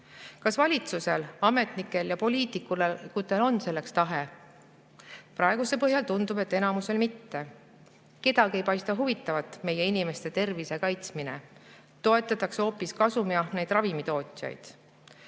Kas valitsusel, ametnikel ja poliitikutel on selleks tahet? Praeguse põhjal tundub, et enamusel mitte. Kedagi ei paista huvitavat meie inimeste tervise kaitsmine, toetatakse hoopis kasumiahneid ravimitootjaid.